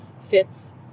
fits